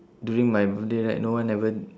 during my birthday right no one haven't